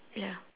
ya